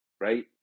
right